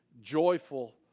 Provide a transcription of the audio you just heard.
joyful